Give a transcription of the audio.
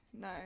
No